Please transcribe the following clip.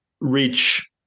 reach